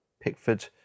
Pickford